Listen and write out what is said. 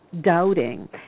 doubting